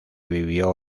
vivió